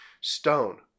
Stone